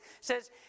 says